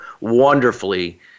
wonderfully